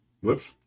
Whoops